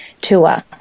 tour